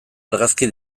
argazki